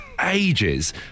ages